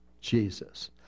Jesus